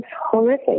horrific